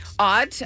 odd